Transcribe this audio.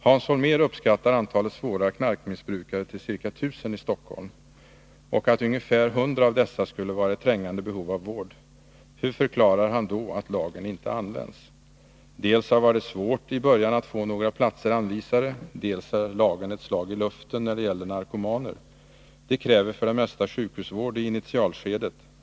Hans Holmér uppskattar antalet svåra knarkmissbrukare till ca 1 000 i Stockholm, och att ungefär 100 av dessa skulle vara i trängande behov av vård. Hur förklarar han då att lagen inte används? — Dels var det svårt i början att få några platser anvisade, dels är lagen ett slag i luften när det gäller narkomaner. De kräver för det mesta sjukhusvård i initialskedet.